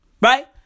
Right